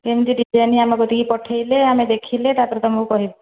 କେମିତି ଡ଼ିଜାଇନ୍ ଆମକୁ ଟିକିଏ ପଠାଇଲେ ଆମେ ଦେଖିଲେ ତା'ପରେ ତୁମକୁ କହିବୁ